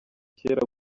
kera